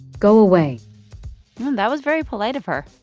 go away that was very polite of her